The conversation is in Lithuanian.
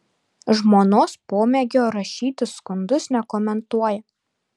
žmonos pomėgio rašyti skundus nekomentuoja